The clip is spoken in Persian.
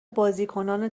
بازیکنان